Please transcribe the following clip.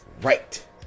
right